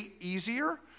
easier